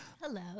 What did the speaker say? Hello